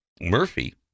Murphy